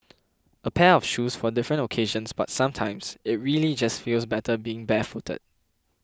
a pair of shoes for different occasions but sometimes it really just feels better being barefooted